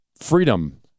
freedom